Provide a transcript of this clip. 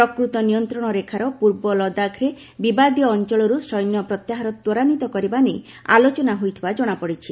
ପ୍ରକୃତ ନିୟନ୍ତ୍ରଣ ରେଖାର ପୂର୍ବ ଲଦାଖ୍ରେ ବିବାଦୀୟ ଅଞ୍ଚଳରୁ ସୈନ୍ୟ ପ୍ରତ୍ୟାହାର ତ୍ୱରାନ୍ୱିତ କରିବା ନେଇ ଆଲୋଚନା ହୋଇଥିବା କଶାପଡ଼ିଛି